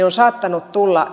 ovat saattaneet tulla